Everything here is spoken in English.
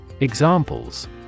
Examples